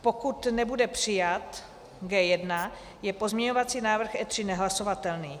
Pokud nebude přijat G1, je pozměňovací návrh E3 je nehlasovatelný.